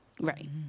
Right